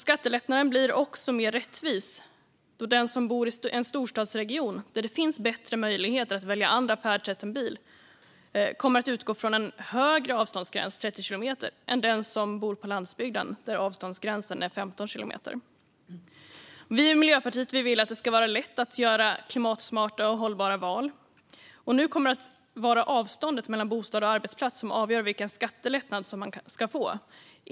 Skattelättnaden blir också mer rättvis då det för den som bor i en storstadsregion, där det finns bättre möjligheter att välja andra färdsätt än bil, kommer att ha en högre avståndsgräns, 30 kilometer, än den som bor på landsbygden, där avståndsgränsen är 15 kilometer. Miljöpartiet vill att det ska vara lätt att göra klimatsmarta och hållbara val. Nu kommer det att vara avståndet mellan bostad och arbetsplats som avgör vilken skattelättnad man ska få.